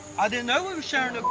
i didn't know we was sharing